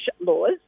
laws